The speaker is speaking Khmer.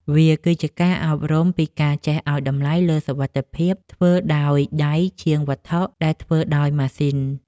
វាគឺជាការអប់រំពីការចេះឱ្យតម្លៃលើវត្ថុដែលធ្វើដោយដៃជាងវត្ថុដែលធ្វើដោយម៉ាស៊ីន។